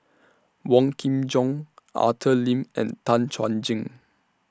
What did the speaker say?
Wong Kin Jong Arthur Lim and Tan Chuan Jin